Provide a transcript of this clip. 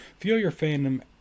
feelyourfandom